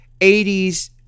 80s